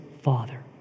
father